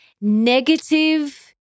negative